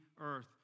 earth